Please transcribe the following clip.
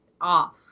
off